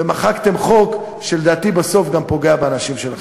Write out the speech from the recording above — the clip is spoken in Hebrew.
ומחקתם חוק באופן שלדעתי בסוף גם פוגע באנשים שלכם.